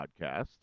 podcast